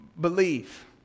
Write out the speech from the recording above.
believe